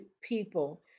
people